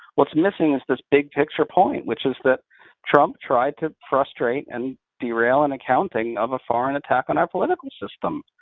what's missing is this big picture point, which is that trump tried to frustrate and derail an accounting of a foreign attack on our political system,